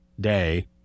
day